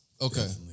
okay